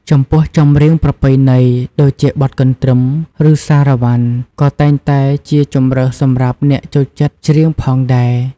ចំពោះ ចម្រៀងប្រពៃណី ដូចជាបទកន្រ្តឹម ឬសារ៉ាវ៉ាន់ ក៏តែងតេជាជម្រើសសម្រាប់អ្នកចូលចិត្តច្រៀងផងដែរ។